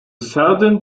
southern